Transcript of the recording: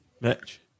Mitch